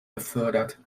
befördert